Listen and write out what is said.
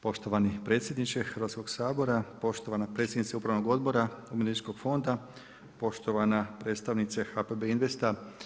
Poštovani predsjedniče Hrvatskog sabora, poštovana predsjednice upravnog odbora, umirovljeničkog fonda, poštovana predstavnica HPB investa.